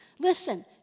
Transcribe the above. Listen